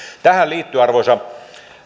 tähän liittyvät